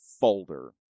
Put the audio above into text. folder